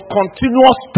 continuous